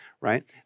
right